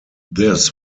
this